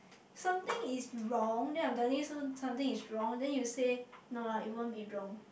something is wrong then I am telling you something something is wrong then you say no lah it won't be wrong